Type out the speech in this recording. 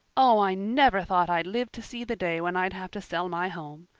oh, i never thought i'd live to see the day when i'd have to sell my home.